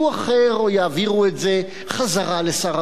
או יעבירו את זה חזרה לשר הביטחון,